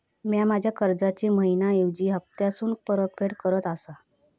म्या माझ्या कर्जाची मैहिना ऐवजी हप्तासून परतफेड करत आसा